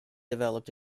developed